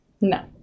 No